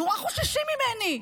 נורא חוששים ממני.